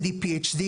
MD PhD,